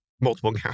Multiple